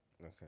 okay